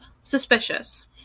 suspicious